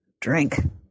Drink